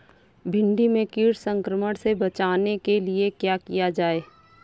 भिंडी में कीट संक्रमण से बचाने के लिए क्या किया जाए?